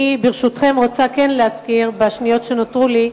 אני, ברשותכם, רוצה להזכיר, בשניות שנותרו לי,